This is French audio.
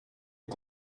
les